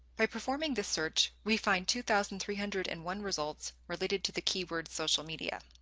by performing this search we find two thousand three hundred and one results related to the keyword social media.